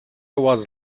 was